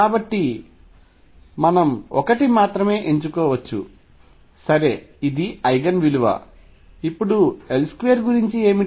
కాబట్టి మనం ఒకటి మాత్రమే ఎంచుకోవచ్చు సరే మరియు ఇది ఐగెన్ విలువ ఇప్పుడు L2 గురించి ఏమిటి